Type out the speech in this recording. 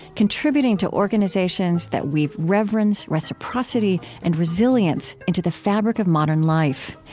contributing to organizations that weave reverence, reciprocity, and resilience into the fabric of modern life.